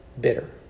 Bitter